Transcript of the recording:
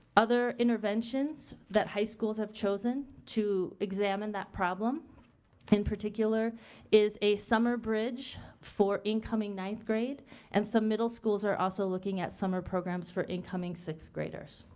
other interventions that high schools have chosen to examine that problem in particular is a summer bridge for incoming ninth grade and some middle schools are also looking at summer programs for incoming sixth graders.